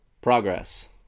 progress